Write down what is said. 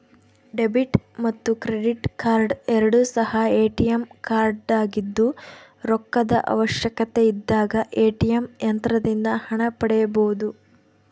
debit ಮತ್ತು credit card ಎರಡು ಸಹ ಎ.ಟಿ.ಎಂ ಕಾರ್ಡಾಗಿದ್ದು ರೊಕ್ಕದ ಅವಶ್ಯಕತೆಯಿದ್ದಾಗ ಎ.ಟಿ.ಎಂ ಯಂತ್ರದಿಂದ ಹಣ ಪಡೆಯಬೊದು